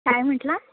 काय म्हटलं